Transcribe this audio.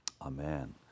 Amen